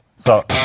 so.